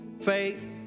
faith